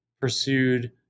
pursued